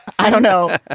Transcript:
i don't know. ah